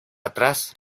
atrás